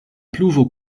pluvo